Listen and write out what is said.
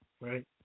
right